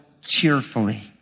cheerfully